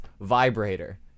vibrator